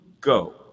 go